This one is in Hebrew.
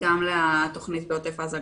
גם לתוכנית בעוטף עזה,